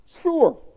Sure